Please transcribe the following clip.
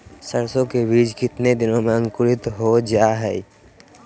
सरसो के बीज कितने दिन में अंकुरीत हो जा हाय?